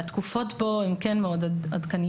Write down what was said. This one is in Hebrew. התקופות כאן הן כן מאוד עדכניות.